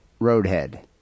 Roadhead